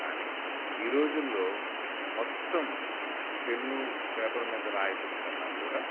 కానీ ఈరోజుల్లో మొత్తం పెన్ను పేపర్ మీద రాయటం కన్నా కూడా